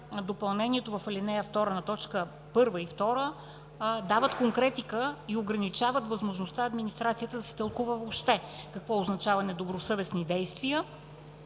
допълнението в ал. 2, на т. 1 и 2, дават конкретика и ограничават възможността администрацията да си тълкува въобще какво означава „недобросъвестни действия“,